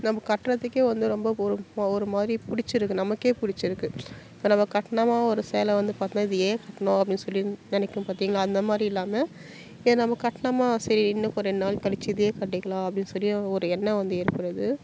நம்ப கட்டுறத்துக்கே வந்து ரொம்ப ஒரு ஒருமாதிரி பிடிச்சிருக்கு நமக்கே பிடிச்சிருக்கு இப்போ நம்ம கட்டினமா ஒரு சேலை வந்து பார்த்திங்கனா இது ஏன் கட்டினோம் அப்படின் சொல்லி நினைப்போம் பார்த்திங்களா அந்தமாதிரி இல்லாமல் இதை நாம் கட்டினமா சரி இன்னும் ரெண்டு நாள் கழிச்சு இதே கட்டிக்கலாம் அப்படின் சொல்லி ஒரு எண்ணம் வந்து இருக்கிறது